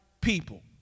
people